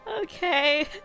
Okay